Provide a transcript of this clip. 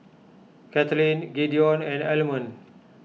Kathlene Gideon and Almon